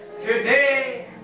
today